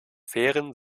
fairen